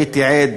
הייתי עד